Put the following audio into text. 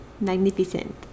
magnificent